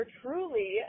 truly